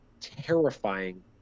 terrifying